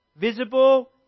visible